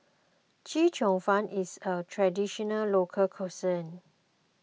Chee Cheong Fun is a Traditional Local Cuisine